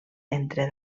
entre